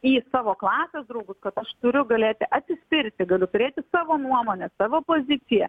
į savo klasės draugus kad aš turiu galėti atsispirti gali turėti savo nuomonę savo poziciją